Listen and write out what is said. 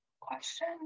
question